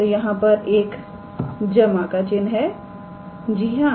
तो यहां पर एक जमा का चिन्ह है जी हां